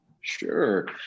Sure